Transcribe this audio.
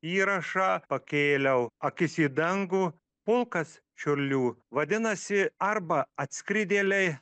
įrašą pakėliau akis į dangų pulkas čiurlių vadinasi arba atskridėliai